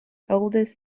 oldest